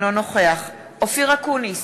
אינו נוכח אופיר אקוניס,